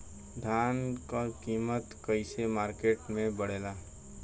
धान क कीमत कईसे मार्केट में बड़ेला?